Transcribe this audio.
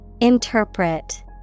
Interpret